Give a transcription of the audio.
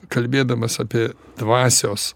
kalbėdamas apie dvasios